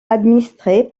administrées